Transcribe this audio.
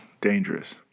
Dangerous